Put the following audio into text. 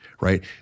right